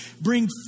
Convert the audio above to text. bring